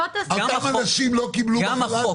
כמה אנשים לא קיבלו בכלל?